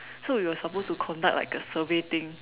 so we were supposed to conduct like a survey thing